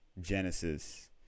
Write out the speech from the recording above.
Genesis